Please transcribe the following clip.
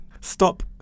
Stop